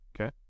Okay